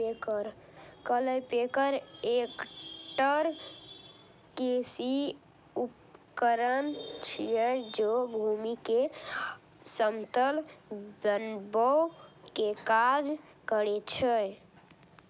cultipacker एकटा कृषि उपकरण छियै, जे भूमि कें समतल बनबै के काज करै छै